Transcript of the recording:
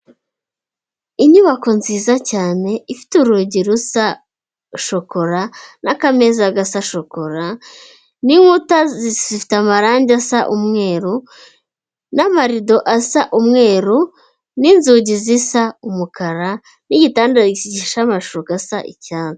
Inyubako nziza cyane ifite urugi rusa shokora, n'akameza gasa shokora, n'inkuta zifite amarangi asa umweru, n'amarido asa umweru n'inzugi zisa umukara, n'igitanda gishashe amashuka asa icyatsi.